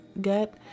get